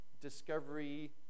discovery